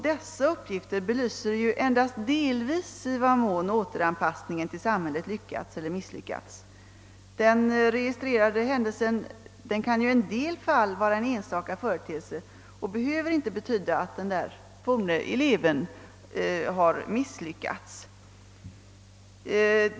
Dessa uppgifter belyser endast delvis i vad mån återanpassningen till samhället lyckats eller misslyckats. Den registrerade händelsen kan i en del fall vara en enstaka företeelse och behöver inte betyda att den forne eleven har misslyckats.